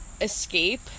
escape